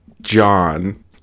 John